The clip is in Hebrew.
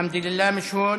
אלחמדוללה, מיש הון,